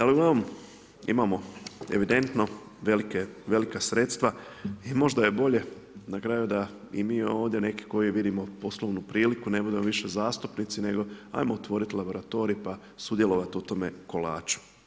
Ali uglavnom imamo evidentno velika sredstva i možda je bolje na kraju da i mi ovdje neki koji vidimo poslovnu priliku ne budemo više zastupnici nego ajmo otvoriti laboratorij pa sudjelovati u tome kolaču.